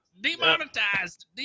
demonetized